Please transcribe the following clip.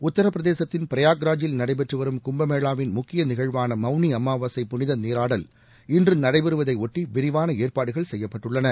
உத்திரபிரதேசத்தின் ப்ராயக்ராஜில் நடைபெற்றுவரும் கும்பமேளாவின் முக்கிய நிகழ்வான மவுனி அமாவாசை புனித நீராடல் இன்று நடைபெறுவதையொட்டி விரிவான ஏற்பாடுகள் செய்யப்பட்டுள்ளன